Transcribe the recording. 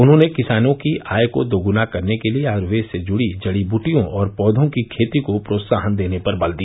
उन्होंने किसानों की आय को दोगुना करने के लिये आयुर्वेद से जुड़ी जड़ी बूटियों और पौषों की खेती को प्रोत्साहन देने पर बल दिया